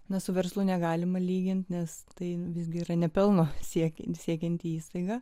nesuverstų negalima lyginti nes tai visgi yra nepelno siekianti siekianti įstaiga